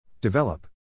Develop